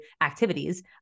activities